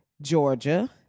Georgia